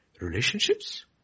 relationships